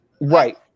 Right